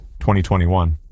2021